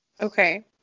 Okay